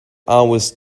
hours